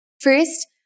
first